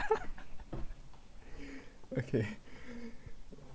okay